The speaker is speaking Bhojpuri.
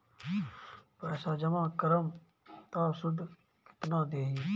पैसा जमा करम त शुध कितना देही?